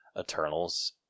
Eternals